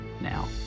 now